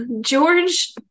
George